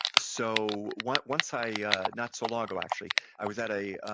so once once i, yeah not so long ago actually, i was at a,